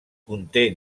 conté